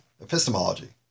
Epistemology